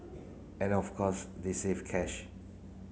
and of course they save cash